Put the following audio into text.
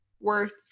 worth